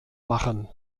machen